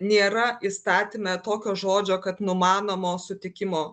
nėra įstatyme tokio žodžio kad numanomo sutikimo